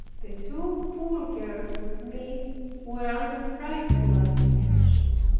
the two poor girls with me were under frightful apprehensions.